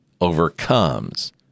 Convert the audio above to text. overcomes